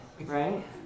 right